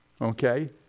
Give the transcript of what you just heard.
Okay